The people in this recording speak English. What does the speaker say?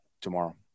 tomorrow